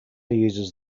uses